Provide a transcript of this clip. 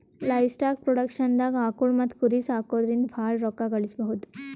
livestock ಪ್ರೊಡಕ್ಷನ್ದಾಗ್ ಆಕುಳ್ ಮತ್ತ್ ಕುರಿ ಸಾಕೊದ್ರಿಂದ ಭಾಳ್ ರೋಕ್ಕಾ ಗಳಿಸ್ಬಹುದು